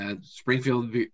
Springfield